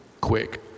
quick